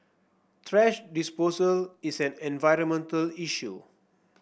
thrash disposal is an environmental issue